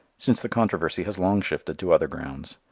since the controversy has long shifted to other grounds.